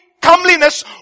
comeliness